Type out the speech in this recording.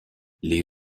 les